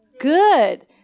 Good